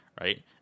right